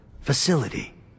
facility